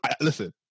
Listen